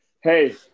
hey